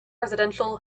residential